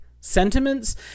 sentiments